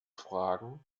fragen